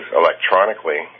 electronically